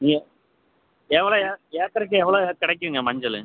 இங்கே எவ்வளோ ஏ ஏக்கருக்கு எவ்வளோ கிடைக்குங்க மஞ்சள்